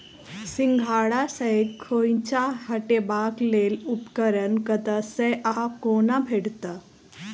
सिंघाड़ा सऽ खोइंचा हटेबाक लेल उपकरण कतह सऽ आ कोना भेटत?